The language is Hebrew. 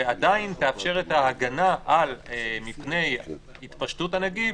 ועדיין תאפשר את ההגנה מפני התפשטות הנגיף,